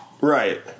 right